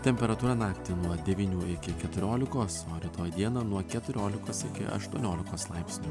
temperatūra naktį nuo devynių iki keturiolikos o rytoj dieną nuo keturiolikos iki aštuoniolikos laipsnių